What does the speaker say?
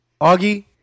Augie